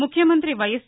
ముఖ్యమంతి వైఎస్